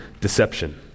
deception